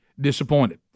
disappointed